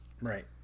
Right